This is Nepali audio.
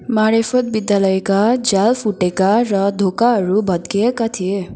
मारेफत विद्यालयका झ्याल फुटेका र ढोकाहरू भत्काइएका थिए